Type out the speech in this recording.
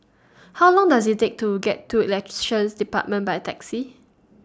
How Long Does IT Take to get to Elections department By Taxi